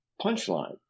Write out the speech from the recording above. punchline